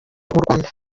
rwanda